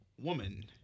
woman